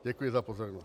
Děkuji za pozornost.